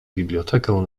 bibliotekę